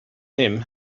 him